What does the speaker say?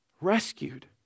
rescued